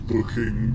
Looking